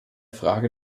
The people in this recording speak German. frage